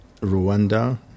Rwanda